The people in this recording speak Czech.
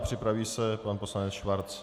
Připraví se pan poslanec Schwarz.